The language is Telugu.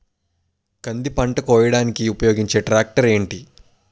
కంది పంట కోయడానికి ఉపయోగించే ట్రాక్టర్ ఏంటి?